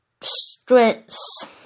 strengths